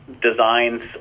designs